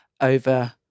over –